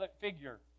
figure